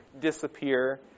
disappear